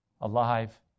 alive